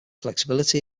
flexibility